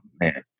man